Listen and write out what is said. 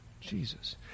Jesus